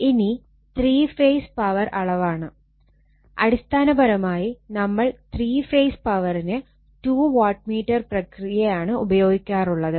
ഇനി three phase power അളവാണ് അടിസ്ഥാനപരമായി നമ്മൾ ത്രീ ഫേസ് പവറിന് ടു വാട്ട്മീറ്റർ പ്രക്രിയയാണ് ഉപയോഗിക്കാറുള്ളത്